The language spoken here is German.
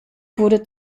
wurde